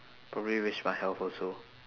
probably risk my health also